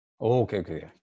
okay